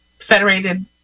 Federated